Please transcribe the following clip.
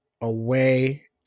away